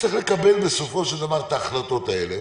שצריך לקבל את ההחלטות האלה